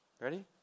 Ready